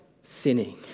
sinning